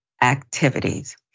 Activities